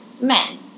men